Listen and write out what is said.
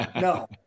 No